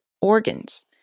organs